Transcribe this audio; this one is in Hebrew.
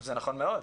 זה נכון מאוד.